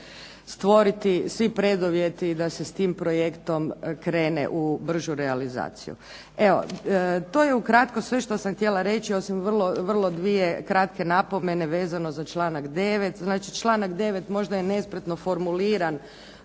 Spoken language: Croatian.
da će se stvoriti svi preduvjeti da se s tim projektom krene u bržu realizaciju. Evo, to je ukratko sve što sam htjela reći osim dvije vrlo kratke napomene vezano za članak 9. Znači, članak 9. možda je nespretno formuliran